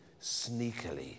sneakily